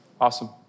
Awesome